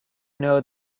know